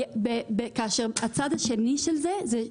כאשר הצד השני של זה,